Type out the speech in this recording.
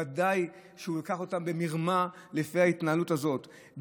ודאי שהוא לקח אותם במרמה לפי ההתנהלות הזאת,